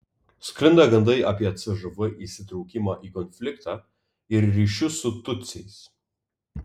sklinda gandai apie cžv įsitraukimą į konfliktą ir ryšius su tutsiais